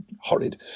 horrid